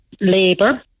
labour